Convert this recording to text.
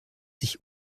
sich